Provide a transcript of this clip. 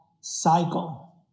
cycle